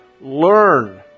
Learn